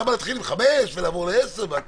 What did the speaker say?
למה להתחיל ב-5,000 ש"ח ולעבור ל-10,000 ש"ח?